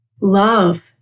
Love